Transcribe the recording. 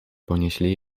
ponieśli